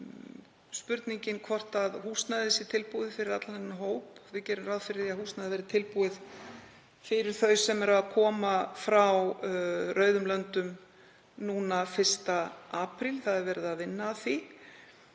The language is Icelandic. það spurningin um hvort húsnæði sé tilbúið fyrir allan þennan hóp, Við gerum ráð fyrir því að húsnæði verði tilbúið fyrir þau sem koma frá rauðum löndum núna 1. apríl. Það er verið að vinna að því.